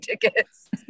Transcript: tickets